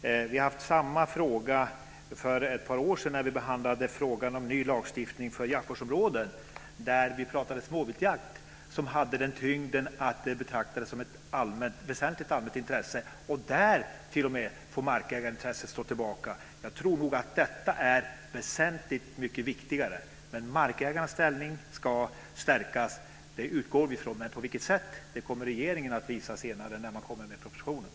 Vi hade samma fråga uppe för ungefär ett år sedan när vi behandlade frågan om ny lagstiftning för jaktvårdsområden där vi diskuterade småviltsjakt. Den har den tyngden att det betraktades som ett väsentligt allmänt intresse, och t.o.m. där får markägarens intresse stå tillbaka. Jag tror att detta är väsentligt mycket viktigare. Men markägarens ställning ska stärkas, det utgår vi från. På vilket sätt det sker kommer regeringen att visa senare när den kommer med propositionen.